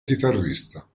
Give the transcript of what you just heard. chitarrista